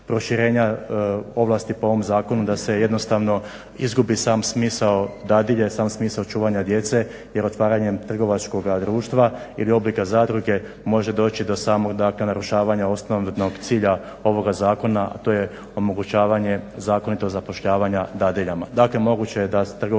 proširenja ovlasti po ovom zakonu da se jednostavno izgubi sam smisao dadilje, sam smisao čuvanja djece, jer otvaranjem trgovačkoga društva ili oblika zadruge može doći do samog dakle narušavanja osnovnog cilja ovoga zakona a to je omogućavanje zakonitog zapošljavanja dadiljama.